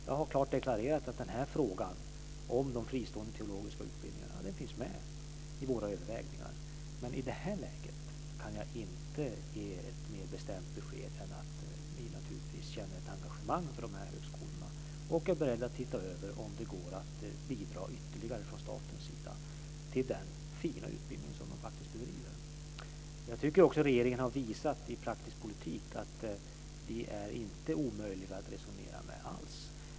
Jag har klart deklarerat att frågan om de fristående teologiska utbildningarna finns med i våra överväganden. Men i det här läget kan jag inte ge ett mer bestämt besked än att vi naturligtvis känner ett engagemang för de här högskolorna och är beredda att titta över om det från statens sida går att bidra ytterligare till den fina utbildning som de faktiskt bedriver. Jag tycker att vi i regeringen har visat i praktisk politik att vi inte är omöjliga att resonera med.